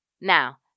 Now